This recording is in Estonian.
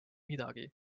midagi